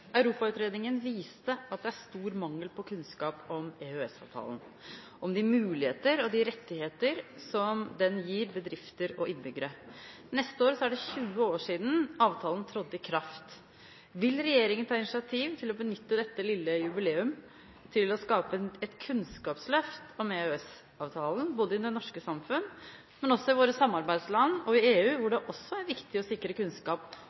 «Europautredningen viste at det er stor mangel på kunnskap om EØS-avtalen, om de muligheter og rettigheter avtalen gir bedrifter og innbyggere. Neste år er det 20 år siden avtalen trådte i kraft. Vil regjeringen ta initiativ til å benytte dette lille jubileum til å få skape et kunnskapsløft om EØS-avtalen, både i det norske samfunn og i våre samarbeidsland, hvor det også er viktig å sikre kunnskap